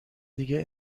دیگه